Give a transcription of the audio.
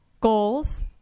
goals